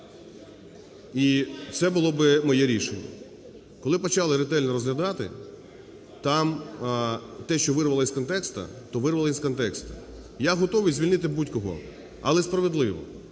І це було б моє рішення. Коли почали ретельно розглядати, там… те, що вирвали із контексту, то вирвали із контексту. Я готовий звільнити будь-кого, але справедливо.